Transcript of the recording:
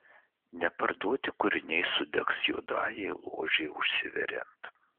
neparduoti kūriniai sudegs juodajai ložei užsiveriant